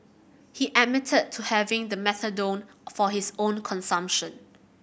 he admitted to having the methadone for his own consumption